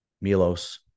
Milos